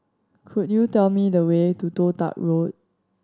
could you tell me the way to Toh Tuck Road